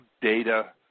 data